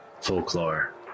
folklore